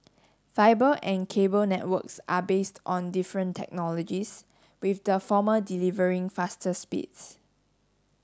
fibre and cable networks are based on different technologies with the former delivering faster speeds